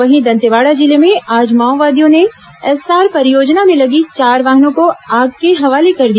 वहीं दंतेवाड़ा जिले में आज माओवादियों ने एस्सार परियोजना में लगी चार वाहनों को आग के हवाले कर दिया